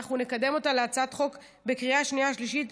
ואנחנו נקדם אותה להצעת חוק בקריאה שנייה ושלישית,